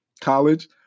college